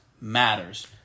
matters